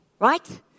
right